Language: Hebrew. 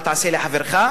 אל תעשה לחברך".